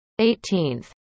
18th